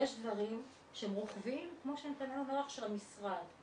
יש דברים שהם רוחביים כמו שהם --- של המשרד,